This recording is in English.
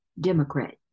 Democrat